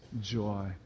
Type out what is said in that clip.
joy